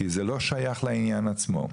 כי זה לא שייך לעניין עצמו.